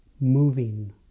moving